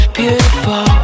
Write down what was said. beautiful